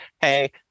hey